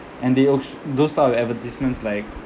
and they al~ those type of advertisements like